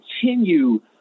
continue